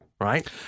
right